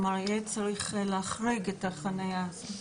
כלומר, יהיה צריך להחריג את החניה הזו.